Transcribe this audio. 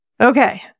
Okay